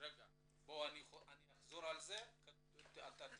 אני אחזור על זה ואתה תרשום.